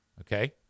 Okay